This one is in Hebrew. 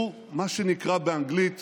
הוא מה שנקרא באנגלית